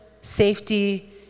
safety